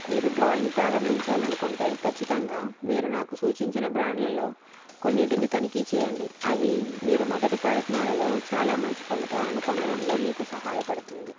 మీరు డ్రాయింగ్ ప్రారంభించాలని అనుకుంటే ఖచ్చితంగా మీరు నాకు సూచించిన బ్రాండ్లలో కొన్నీటిని తనిఖీ చేయండి అవి మీరు మొదట ప్రయత్నాలలో చాలా మంచి ఫలితాలను పొందడంలో మీకు సహాయపడుతుంది